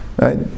right